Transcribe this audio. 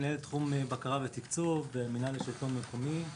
מנהל תחום בקרה ותקצוב בשלטון המקומי.